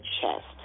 chest